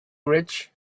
rich